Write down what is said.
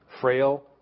frail